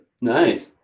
Nice